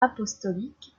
apostolique